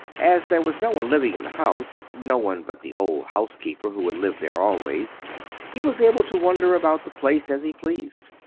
as there was no one living in the house no one but the old housekeeper who had lived there always he was able to wander about the place as he pleased.